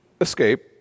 escape